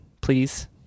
please